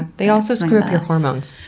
they also screw up your hormones.